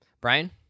Brian